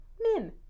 min